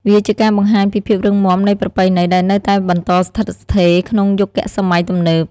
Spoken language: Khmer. វាជាការបង្ហាញពី ភាពរឹងមាំនៃប្រពៃណី ដែលនៅតែបន្តស្ថិតស្ថេរក្នុងយុគសម័យទំនើប។